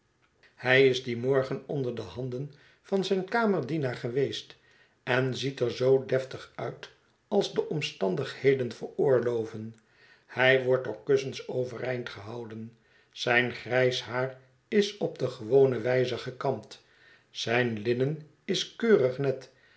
hij is dien morgen onder de handen van zijn kamerdienaar geweest en ziet er zoo deftig uit als de omstandigheden veroorloven hij wordt door kussens overeind gehouden zijn grijs haar is op de gewone wijze gekamd zijn linnen is keurig net